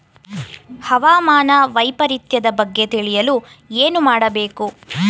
ಹವಾಮಾನ ವೈಪರಿತ್ಯದ ಬಗ್ಗೆ ತಿಳಿಯಲು ಏನು ಮಾಡಬೇಕು?